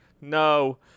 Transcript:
no